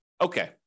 okay